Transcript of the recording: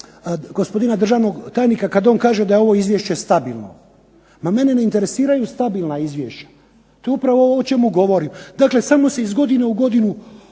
gospodina državnog tajnika kad on kaže da je ovo izvješće stabilno. Ma mene ne interesiraju stabilna izvješća. To je upravo ovo o čemu govorim, dakle samo se iz godine u godinu